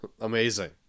Amazing